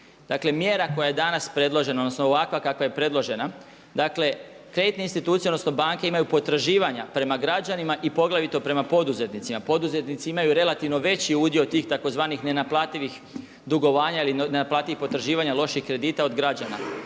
Dakle, mjera koja je danas predložena, odnosno ovakva kakva je predložena, dakle kreditne institucije, odnosno banke imaju potraživanja prema građanima i poglavito prema poduzetnicima. Poduzetnici imaju relativno veći udio tih tzv. nenaplativih dugovanja ili nenaplativih potraživanja, loših kredita od građana.